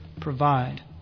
provide